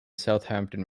southampton